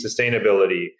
sustainability